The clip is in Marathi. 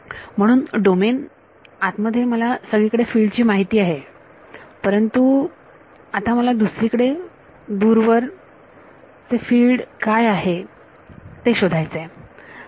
म्हणून डोमेन आत मध्ये मला सगळीकडे फिल्ड ची माहिती आहेत परंतु आता मला दुसरीकडे दूरवर फिल्ड काय आहे ते शोधायचे आहे